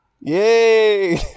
Yay